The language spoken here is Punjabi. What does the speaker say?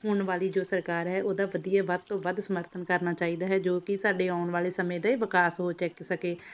ਹੁਣ ਵਾਲੀ ਜੋ ਸਰਕਾਰ ਹੈ ਉਹਦਾ ਵਧੀਆ ਵੱਧ ਤੋਂ ਵੱਧ ਸਮਰਥਨ ਕਰਨਾ ਚਾਹੀਦਾ ਹੈ ਜੋ ਕਿ ਸਾਡੇ ਆਉਣ ਵਾਲੇ ਸਮੇਂ ਦੇ ਵਿਕਾਸ ਉਹ ਚੱਕ ਸਕੇ